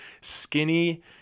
skinny